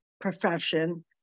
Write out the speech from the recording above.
profession